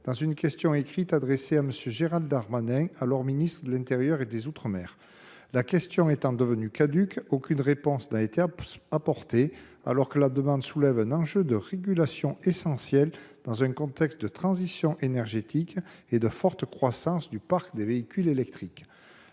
dans une question écrite adressée à M. Gérald Darmanin, alors ministre de l’intérieur et des outre mer. La question étant devenue caduque, aucune réponse n’a été apportée, alors qu’elle soulève un enjeu de régulation essentiel dans un contexte de transition énergétique et de forte croissance du parc de véhicules électriques.